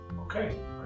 Okay